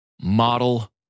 model